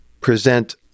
present